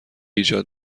ایجاد